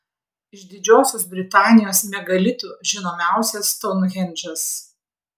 iš didžiosios britanijos megalitų žinomiausias stounhendžas